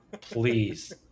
please